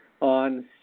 on